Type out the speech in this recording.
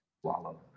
swallow